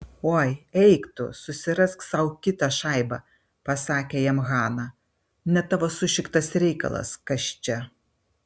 oi eik tu susirask sau kitą šaibą pasakė jam hana ne tavo sušiktas reikalas kas čia